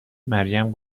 مریم